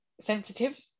sensitive